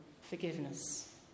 forgiveness